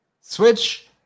Switch